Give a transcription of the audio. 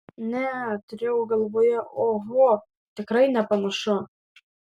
ne turėjau galvoje oho tikrai nepanašu